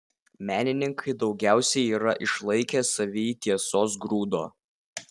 menininkai daugiausiai yra išlaikę savyj tiesos grūdo